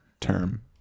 term